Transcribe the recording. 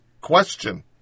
question